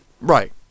Right